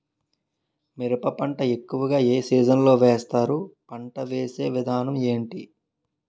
మిరప పంట ఎక్కువుగా ఏ సీజన్ లో వేస్తారు? పంట వేసే విధానం ఎంటి?